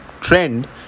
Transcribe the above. trend